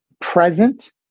present